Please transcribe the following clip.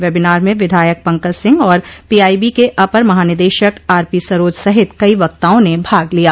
webinar मे विधायक पंकज सिंह और PIB के अपर महानिदेशक आरपीसरोज सहित कई वक्ताओं ने भाग लिया